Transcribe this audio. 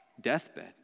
deathbed